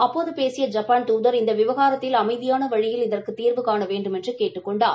அப்போது பேசிய ஐப்பாள் துதர் இந்த விவகாரத்தில் அமைதியான வழியில் இதற்கு தீர்வுகாண வேண்டுமென்று கேட்டுக் கொண்டார்